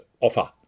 offer